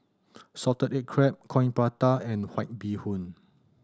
salted egg crab Coin Prata and White Bee Hoon